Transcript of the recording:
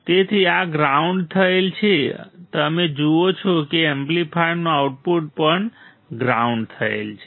તેથી આ ગ્રાઉન્ડ થયેલ છે તમે જુઓ છો કે એમ્પ્લીફાયરનું આઉટપુટ પણ ગ્રાઉન્ડ થયેલ છે